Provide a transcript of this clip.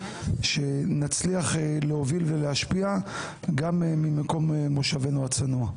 שנצליח להוביל ולהשפיע גם ממקום מושבנו הצנוע.